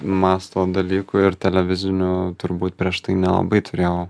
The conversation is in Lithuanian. masto dalykų ir televizinių turbūt prieš tai nelabai turėjau